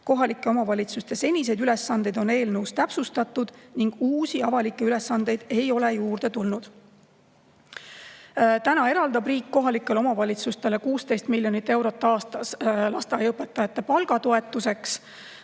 Kohalike omavalitsuste seniseid ülesandeid on eelnõus täpsustatud ning uusi avalikke ülesandeid ei ole juurde tulnud. Praegu eraldab riik kohalikele omavalitsustele 16 miljonit eurot aastas lasteaiaõpetajate palgatoetuseks.